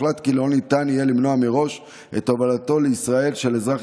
הוחלט כי לא ניתן יהיה למנוע מראש את הובלתו לישראל של אזרח